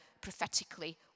prophetically